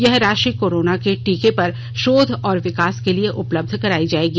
यह राशि कोरोना के टीके पर शोध और विकास के लिए उपलब्ध कराई जाएगी